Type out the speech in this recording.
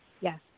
yes